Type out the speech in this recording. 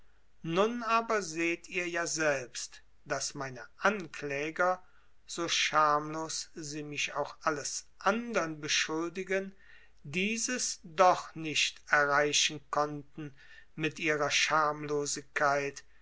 nun aber seht ihr ja selbst daß meine ankläger so schamlos sie mich auch alles andern beschuldigen dieses doch nicht erreichen konnten mit ihrer schamlosigkeit